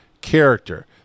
character